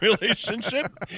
relationship